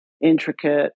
intricate